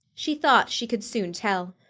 she thought she could soon tell.